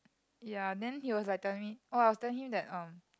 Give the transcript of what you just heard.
ya then he was like telling me oh I was telling him that um